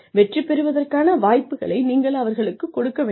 வெற்றி பெறுவதற்கான வாய்ப்புகளை நீங்கள் அவர்களுக்குக் கொடுக்க வேண்டும்